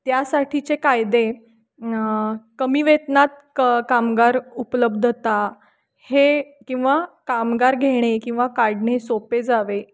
त्यासाठीचे कायदे न कमी वेतनात क कामगार उपलब्धता हे किंवा कामगार घेणे किंवा काढणे सोपे जावे